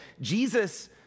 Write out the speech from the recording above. Jesus